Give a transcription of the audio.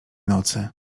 nocy